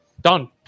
Done